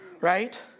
right